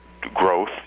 growth